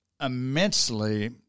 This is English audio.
immensely